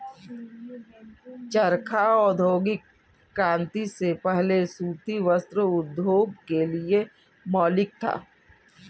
चरखा औद्योगिक क्रांति से पहले सूती वस्त्र उद्योग के लिए मौलिक था